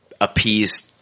appease